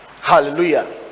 hallelujah